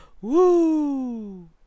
Woo